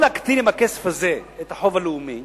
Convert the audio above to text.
או להקטין עם הכסף הזה את החוב הלאומי